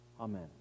Amen